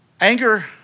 Anger